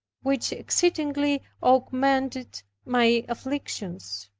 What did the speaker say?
which exceedingly augmented my afflictions.